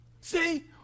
See